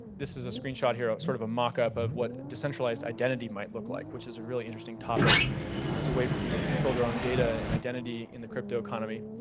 this is a screenshot here, sort of a mockup of what decentralized identity might look like. which is a really interesting topic. it's a way for people to control their own data, an and identity in the cryptoeconomy.